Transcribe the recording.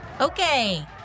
Okay